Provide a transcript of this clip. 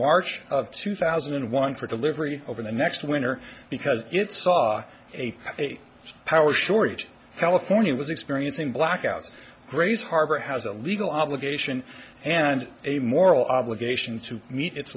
march of two thousand and one for delivery over the next winter because it's saw a power shortage telephony was experiencing blackouts grays harbor has a legal obligation and a moral obligation to meet it